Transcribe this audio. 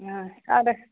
ആ അത്